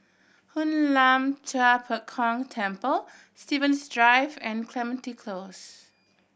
Hoon Lam Tua Pek Kong Temple Stevens Drive and Clementi Close